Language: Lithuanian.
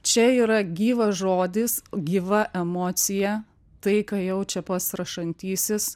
čia yra gyvas žodis gyva emocija tai ką jaučia pats rašantysis